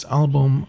album